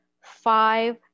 five